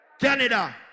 Canada